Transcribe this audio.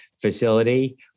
facility